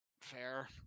Fair